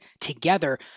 together